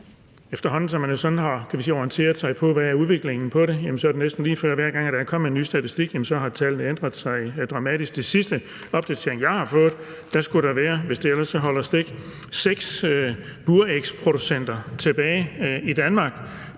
Efterhånden som man sådan har orienteret sig om, hvad udviklingen er i forhold til det, er det næsten lige før, at hver gang der er kommet en ny statistik, har tallene ændret sig dramatisk. Ifølge den seneste opdatering, jeg har fået, skulle der være – hvis det ellers holder stik – seks burægsproducenter tilbage i Danmark.